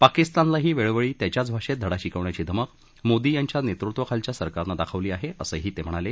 पाकिस्तानलाही वेळोवेळी त्याच्याच भाषेत धडा शिकविण्याची धमक मोदी यांच्या नेतृत्वाखाली सरकारनं दाखवली आहे असंही ते म्हणाले